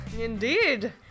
Indeed